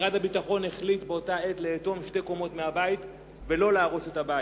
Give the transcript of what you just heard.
משרד הביטחון החליט לאטום שתי קומות מהבית ולא להרוס אותו.